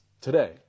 Today